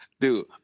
Dude